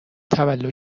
تولدت